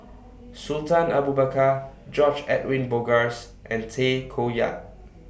Sultan Abu Bakar George Edwin Bogaars and Tay Koh Yat